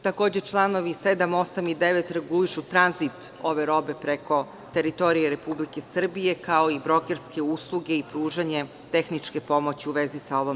Takođe, članovi 7, 8. i 9. regulišu tranzit ove robe preko teritorije Republike Srbije, kao i brokerske usluge i pružanje tehničke pomoći u vezi sa ovim.